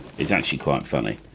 is actually quite funny